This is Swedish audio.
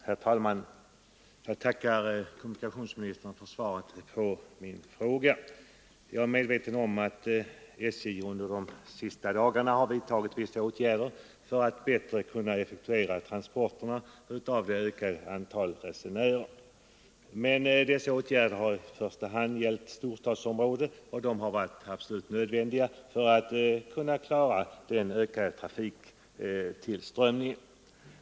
Herr talman! Jag tackar kommunikationsministern för svaret på min fråga. Jag är medveten om att SJ under de senaste dagarna har vidtagit vissa åtgärder för att bättre kunna effektuera transporterna av det ökade antalet resenärer. Men dessa åtgärder har i första hand gällt storstadsområden, och de har varit absolut nödvändiga för att kunna klara den ökade trafiktillströmningen.